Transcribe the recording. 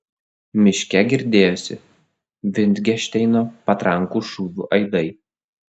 miške girdėjosi vitgenšteino patrankų šūvių aidai